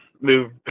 move